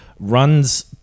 Runs